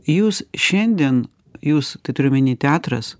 jūs šiandien jūs tai turiu omeny teatras